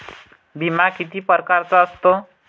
बिमा किती परकारचा असतो?